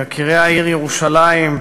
יקירי העיר ירושלים,